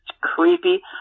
creepy